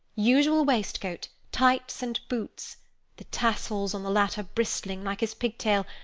usual waistcoat, tights and boots the tassels on the latter bristling, like his pigtail,